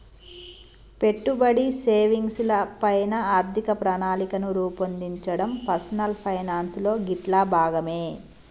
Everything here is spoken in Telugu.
పెట్టుబడి, సేవింగ్స్ ల పైన ఆర్థిక ప్రణాళికను రూపొందించడం పర్సనల్ ఫైనాన్స్ లో గిట్లా భాగమే